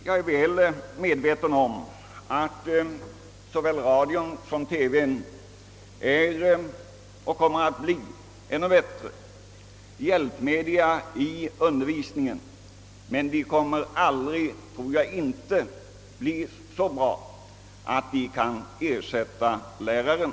Jag är väl medveten om att såväl radio som TV är goda och kommer att bli ännu bättre hjälpmedel i undervisningen, men jag tror att de aldrig kommer att bli så bra att de kan ersätta läraren.